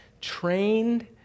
trained